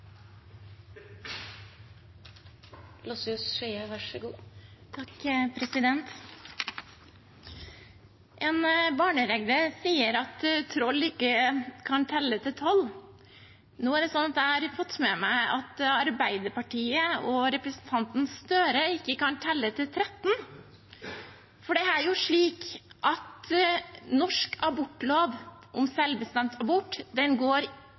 En barneregle sier at troll ikke kan telle til tolv. Nå har jeg fått med meg at Arbeiderpartiet og representanten Gahr Støre ikke kan telle til tretten. For det er jo slik at norsk lov om selvbestemt abort går til tolv og ikke til tretten. Likevel går